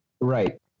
Right